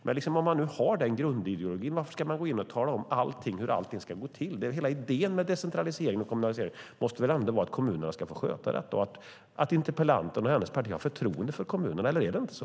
Men om man har den grundideologin, varför ska man gå in och tala om hur allting ska gå till? Hela idén med decentraliseringen och kommunaliseringen måste väl ändå vara att kommunerna ska få sköta detta och att interpellanten och hennes parti har förtroende för kommunerna, eller är det inte så?